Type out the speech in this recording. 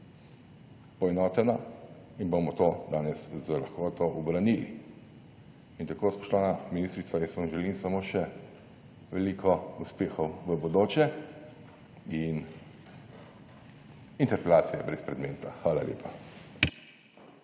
poenotena in bomo to danes z lahkoto ubranili. In tako, spoštovana ministrica, jaz vam želim samo še veliko uspehov v bodoče. In interpelacija je brezpredmetna. Hvala lepa.